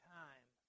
time